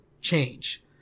change